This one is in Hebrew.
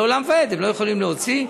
לעולם ועד הם לא יכולים להוציא,